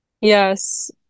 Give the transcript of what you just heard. yes